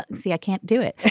and see i can't do it.